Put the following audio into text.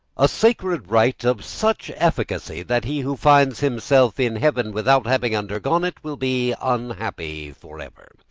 a sacred rite of such efficacy that he who finds himself in heaven without having undergone it will be unhappy forever.